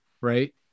right